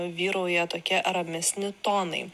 vyrauja tokie ramesni tonai